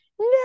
no